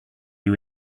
you